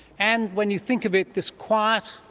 and, when you think of it, this quiet,